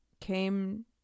came